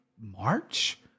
March